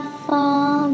fall